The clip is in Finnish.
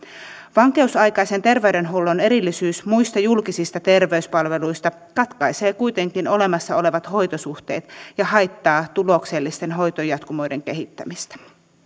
vankeusaikaisen terveydenhuollon erillisyys muista julkisista terveyspalveluista katkaisee kuitenkin olemassa olevat hoitosuhteet ja haittaa tuloksellisten hoitojatkumoiden kehittämistä